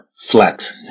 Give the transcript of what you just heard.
flat